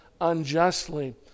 unjustly